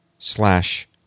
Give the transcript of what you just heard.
slash